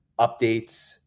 Updates